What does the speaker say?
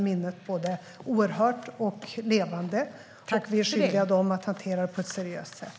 Minnet är både oerhört och levande, och vi är skyldiga dem att hantera det på ett seriöst sätt.